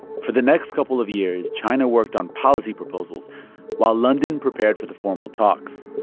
for the next couple of years, china worked on policy proposals while london prepared for the formal talks.